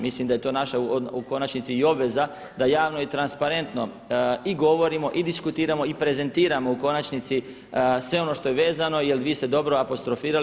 Mislim da je to naša u konačnici i obveza da javno i transparentno i govorimo i diskutiramo i prezentiramo u konačnici sve ono što je vezano jer vi ste dobro apostrofirali.